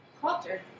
Culture